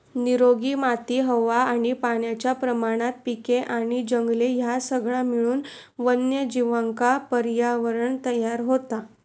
निरोगी माती हवा आणि पाण्याच्या प्रमाणात पिके आणि जंगले ह्या सगळा मिळून वन्यजीवांका पर्यावरणं तयार होता